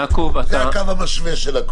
זה הקו המשווה של הכל.